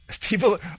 people